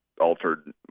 altered